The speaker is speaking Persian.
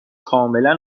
کاملا